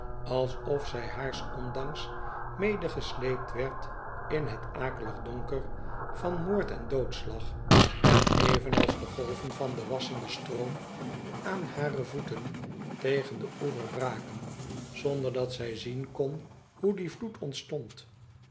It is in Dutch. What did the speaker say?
alsof zij baars ondanks medegesleept werd in het akelig donker van moord en doodslag en evenals de golven van den wassenden stroom aan bare voeten tegen den oever braken zonder dat zij zien kon boe die vloed ontstond